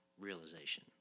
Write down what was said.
realization